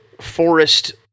forest